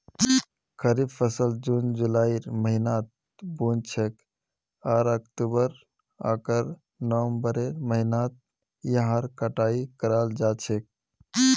खरीफ फसल जून जुलाइर महीनात बु न छेक आर अक्टूबर आकर नवंबरेर महीनात यहार कटाई कराल जा छेक